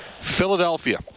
Philadelphia